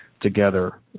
together